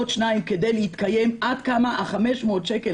עוד שניים כדי להתקיים - עד כמה ה-500 שקל